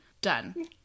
done